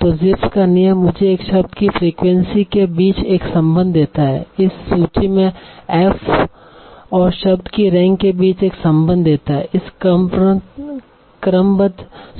तो Zipf's का नियम मुझे एक शब्द की फ्रीक्वेंसी के बीच एक संबंध देता है इस सूची में एफ और शब्द की रैंक के बीच एक संबंध देता है इस क्रमबद्ध